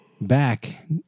back